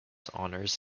honours